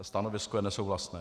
Stanovisko je nesouhlasné.